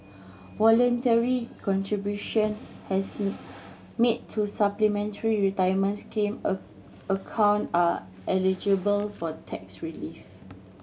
voluntary contribution has made to Supplementary Retirement Scheme a account are eligible for tax relief